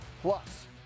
Plus